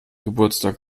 geburtstag